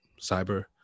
cyber